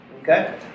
okay